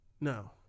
No